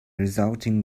resulting